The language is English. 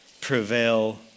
prevail